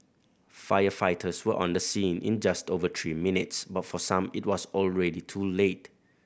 firefighters were on the scene in just over three minutes but for some it was already too late